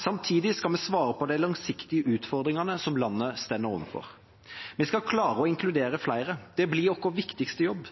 Samtidig skal vi svare på de langsiktige utfordringene som landet står overfor. Vi skal klare å inkludere flere, det blir vår viktigste jobb.